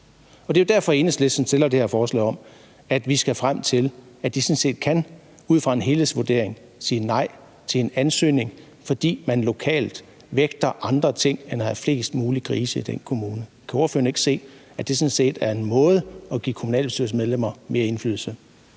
det her forslag om, at vi skal frem til, at de ud fra en helhedsvurdering kan sige nej til en ansøgning, fordi man lokalt i den kommune vægter andre ting end at have flest mulige grise. Kan ordføreren ikke se, at det sådan set er en måde at give kommunalbestyrelsesmedlemmer mere indflydelse